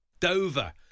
Dover